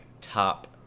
top